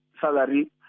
salary